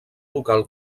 local